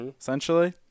Essentially